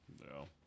No